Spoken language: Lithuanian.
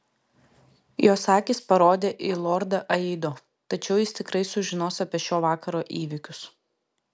jos akys parodė į lordą aido tačiau jis tikrai sužinos apie šio vakaro įvykius